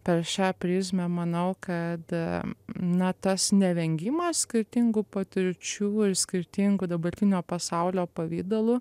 per šią prizmę manau kad na tas nevengimas skirtingų patirčių ir skirtingų dabartinio pasaulio pavidalų